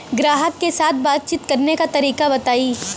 ग्राहक के साथ बातचीत करने का तरीका बताई?